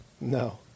No